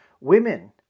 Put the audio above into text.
Women